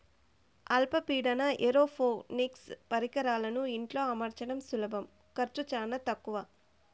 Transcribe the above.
అల్ప పీడన ఏరోపోనిక్స్ పరికరాలను ఇంట్లో అమర్చడం సులభం ఖర్చు చానా తక్కవ